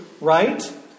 right